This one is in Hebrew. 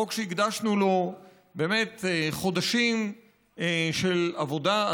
חוק שהקדשנו לו באמת חודשים של עבודה,